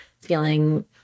feeling